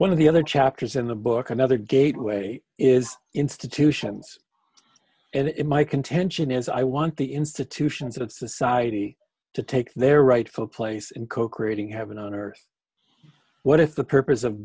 one of the other chapters in the book another gate way is institutions and it my contention is i want the institutions of society to take their rightful place in co creating heaven on earth what if the purpose of